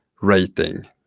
rating